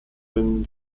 sin